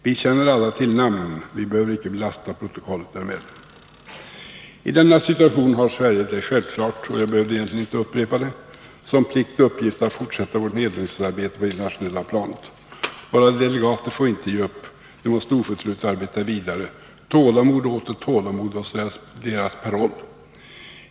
Vi känner alla till namnen. Vi behöver icke belasta protokollet därmed. I denna situation har Sverige det självklart — och jag behöver egentligen inte upprepa det — som plikt och uppgift att fortsätta vårt nedrustningsarbete på det internationella planet. Våra delegater får inte ge upp — de måste oförtrutet arbeta vidare. Tålamod och åter tålamod måste vara deras paroll.